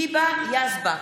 היבה יזבק,